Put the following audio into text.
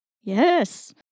Yes